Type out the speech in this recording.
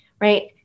right